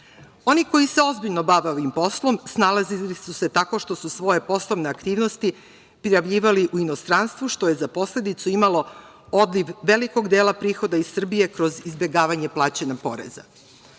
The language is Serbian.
Oni koji se ozbiljno bave ovim poslom snalazili su se tako što su svoje poslovne aktivnosti prijavljivali u inostranstvu, što je za posledicu imalo odliv velikog dela prihoda iz Srbije kroz izbegavanje plaćanja poreza. To